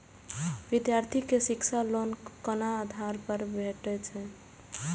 विधार्थी के शिक्षा लोन कोन आधार पर भेटेत अछि?